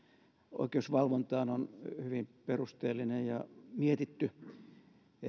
oikeusvalvontaan on hyvin perusteellinen ja mietitty